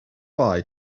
bye